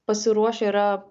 pasiruošę yra